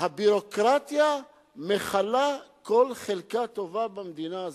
הביורוקרטיה מכלה כל חלקה טובה במדינה הזאת,